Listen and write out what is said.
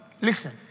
Listen